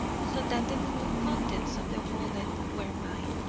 so that the full contents of the wallet were mine.